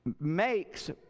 makes